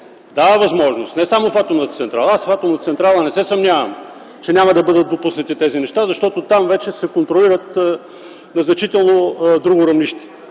дава възможност – не само в Атомната електроцентрала, аз в Атомната електроцентрала не се съмнявам, че няма да бъдат допуснати тези неща, защото там вече се контролират на значително друго равнище,